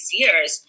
years